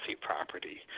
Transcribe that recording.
property